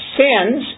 sins